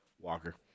Walker